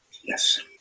Yes